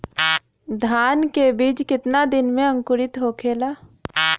धान के बिज कितना दिन में अंकुरित होखेला?